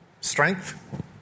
Strength